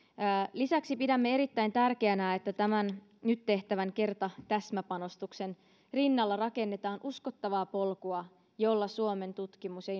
lisäksi pidämme erittäin tärkeänä että tämän nyt tehtävän kerta täsmäpanostuksen rinnalla rakennetaan uskottavaa polkua jolla suomen tutkimus ja